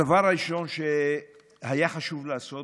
הדבר הראשון שהיה חשוב לעשות,